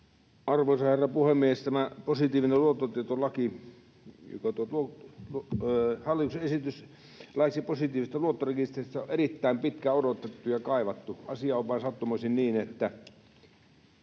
Arvoisa herra puhemies! Tämä hallituksen esitys laiksi positiivisesta luottorekisteristä on erittäin pitkään odotettu ja kaivattu. Asia on vain sattumoisin niin, että